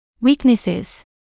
Weaknesses